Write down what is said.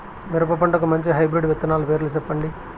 మిరప పంటకు మంచి హైబ్రిడ్ విత్తనాలు పేర్లు సెప్పండి?